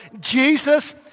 Jesus